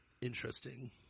Interesting